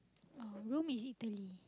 oh Rome is Italy